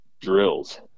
drills